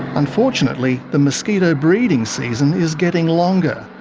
unfortunately, the mosquito breeding season is getting longer.